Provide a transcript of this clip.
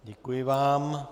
Děkuji vám.